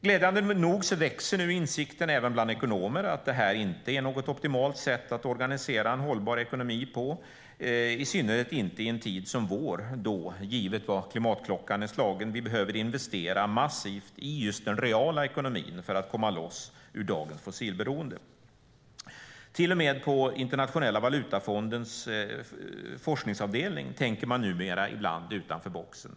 Glädjande nog växer insikten även bland ekonomer att detta inte är något optimalt sätt att organisera en hållbar ekonomi på, i synnerhet inte i en tid som vår givet vad klimatklockan är slagen. Vi behöver investera massivt i just den reala ekonomin för att komma loss ur dagens fossilberoende. Till och med på Internationella valutafondens forskningsavdelning tänker man numera ibland utanför boxen.